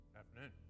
afternoon